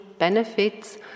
Benefits